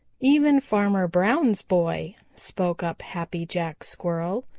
even farmer brown's boy, spoke up happy jack squirrel.